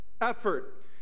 effort